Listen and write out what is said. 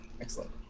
Excellent